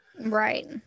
right